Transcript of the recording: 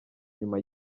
nyuma